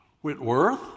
Whitworth